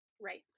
Right